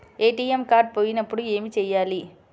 ATM card పోయినప్పుడు ఏమి చేయాలి?